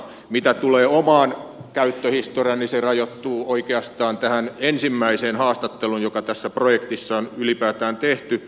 mitä tulee omaan käyttöhistoriaani se rajoittuu oikeastaan tähän ensimmäiseen haastatteluun joka tässä projektissa on ylipäätään tehty